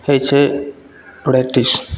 होइ छै प्रैक्टिस